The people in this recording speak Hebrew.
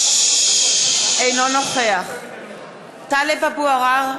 אינו נוכח טלב אבו עראר,